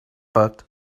but